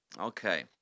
Okay